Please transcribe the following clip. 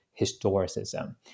historicism